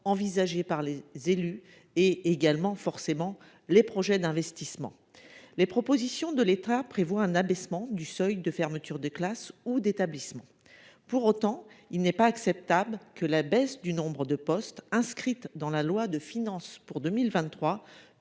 envisagée par les élus et également forcément les projets d'investissement. Les propositions de l'État prévoit un abaissement du seuil de fermetures de classes ou d'établissements. Pour autant, il n'est pas acceptable que la baisse du nombre de postes inscrite dans la loi de finances pour 2023